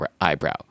eyebrow